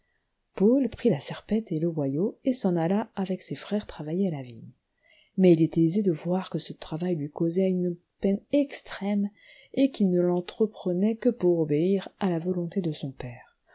paul prit la serpette et le hoyau et s'en alla avec ses frèrcs travailler à la vigne mais il était aisé de voir que ce travail lui causait une peine extrême et qu'il ne l'entreprenait que pour obéir à la volonté de son père